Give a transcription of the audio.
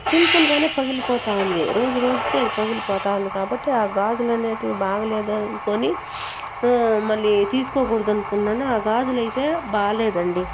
simple గానే పగిలిపోతా ఉంది రోజురోజుకి అది పగిలిపోతా ఉంది కాబట్టి ఆ గాజులనేటివి బాగలేదనుకోని మళ్ళీ తీసుకోకూడదనుకున్నాను ఆ గాజులైతే బాగలేదండి